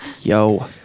Yo